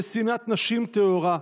בשנאת נשים טהורה.